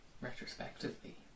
retrospectively